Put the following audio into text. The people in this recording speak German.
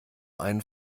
einen